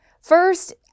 first